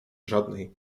żadnej